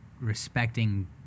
respecting